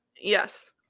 Yes